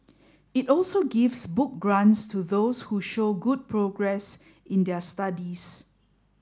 it also gives book grants to those who show good progress in their studies